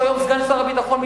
שהוא היום סגן שר הביטחון,